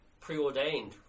preordained